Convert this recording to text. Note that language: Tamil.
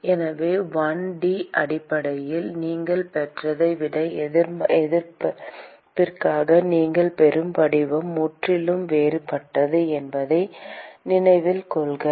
எனவே 1 டி அமைப்பில் நீங்கள் பெற்றதை விட எதிர்ப்பிற்காக நீங்கள் பெறும் வடிவம் முற்றிலும் வேறுபட்டது என்பதை நினைவில் கொள்ளவும்